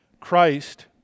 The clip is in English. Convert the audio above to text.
Christ